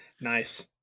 nice